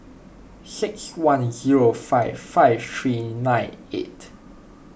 six one zero five five three nine eight